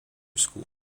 school